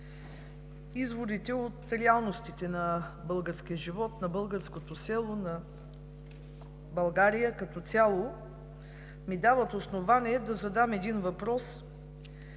изводите от реалностите на българския живот на българското село, на България като цяло ми дават основание да задам един въпрос: